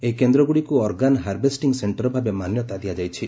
ଏହି କେନ୍ଦ୍ରଗୁଡ଼ିକୁ organ harvesting centre ଭାବେ ମାନ୍ୟତା ଦିଆଯାଇଛି